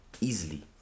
Easily